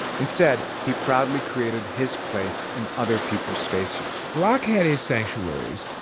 instead, he proudly created his place in other people's spaces locke had his sanctuaries.